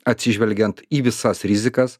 atsižvelgiant į visas rizikas